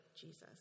Jesus